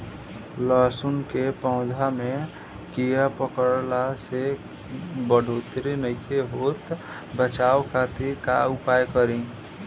लहसुन के पौधा में कीड़ा पकड़ला से बढ़ोतरी नईखे होत बचाव खातिर का उपाय करी?